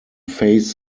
face